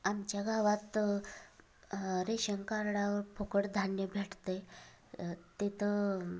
आमच्या गावात रेशन कार्डावर फुकट धान्य भेट्तय तिथं